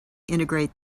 integrate